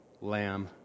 Lamb